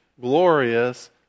glorious